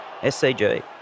SCG